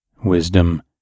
wisdom